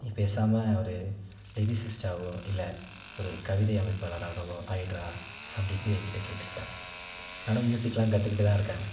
நீ பேசாமல் ஒரு லிரிசிஸ்டாகவோ இல்லை ஒரு கவிதை அமைப்பாளராகவோ ஆகிடுறா அப்படின்ட்டு என்கிட்ட கேட்டுக்கிட்டாள் நானும் மியூசிக்லாம் கற்றுக்கிட்டுதான் இருக்கேன்